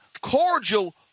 cordial